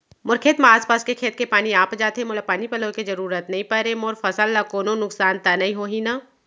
मोर खेत म आसपास के खेत के पानी आप जाथे, मोला पानी पलोय के जरूरत नई परे, मोर फसल ल कोनो नुकसान त नई होही न?